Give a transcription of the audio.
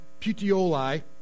Puteoli